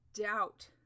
doubt